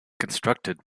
constructed